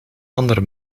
andere